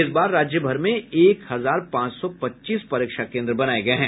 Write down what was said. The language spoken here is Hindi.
इस बार राज्यभर में एक हजार पांच सौ पच्चीस परीक्षा केन्द्र बनाये गये हैं